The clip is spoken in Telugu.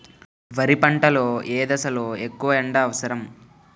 వరి పంట లో ఏ దశ లొ ఎక్కువ ఎండా అవసరం?